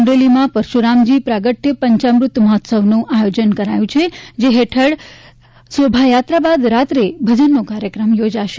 અમરેલીમાં પરશુરામજી પ્રાગ્ટય પંચામૃત મહોત્સવનું આયોજન કરાયું છે જે હેઠળ દિવસે શોભાયાત્રા બાદ રાત્રે ભજનનો કાર્યક્રમ થશે